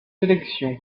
sélection